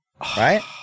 right